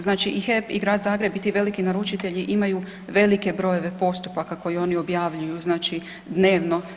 Znači i HEP i Grad Zagreb i ti veliki naručitelji imaju velike brojeve postupaka koje oni objavljuju znači dnevno.